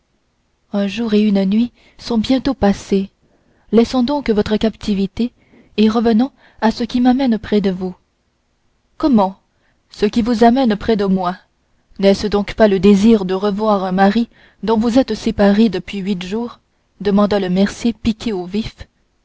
un jour et une nuit sont bientôt passés laissons donc votre captivité et revenons à ce qui m'amène près de vous comment ce qui vous amène près de moi n'est-ce donc pas le désir de revoir un mari dont vous êtes séparée depuis huit jours demanda le mercier piqué au vif